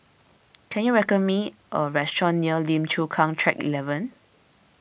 can you recommend me a restaurant near Lim Chu Kang Track eleven